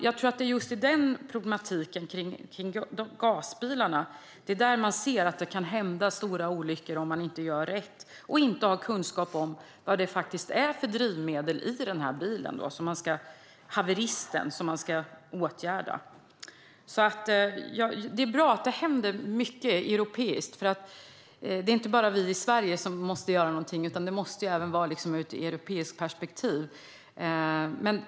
Jag tror att det är just i problematiken kring gasbilarna som man ser att det kan hända stora olyckor om man inte gör rätt och inte har kunskap om vad det faktiskt är för drivmedel i bilen, haveristen, som man ska åtgärda. Det är bra att det händer mycket på europeisk nivå, för det är inte bara vi i Sverige som måste göra någonting, utan det måste ske utifrån ett europeiskt perspektiv.